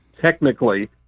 technically